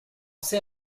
sais